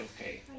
okay